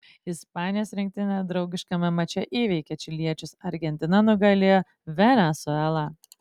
ispanijos rinktinė draugiškame mače įveikė čiliečius argentina nugalėjo venesuelą